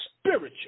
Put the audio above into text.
spiritual